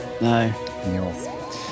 No